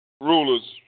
rulers